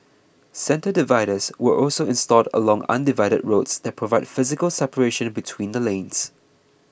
centre dividers were also installed along undivided roads that provide physical separation between the lanes